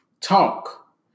talk